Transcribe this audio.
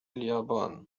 اليابان